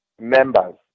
members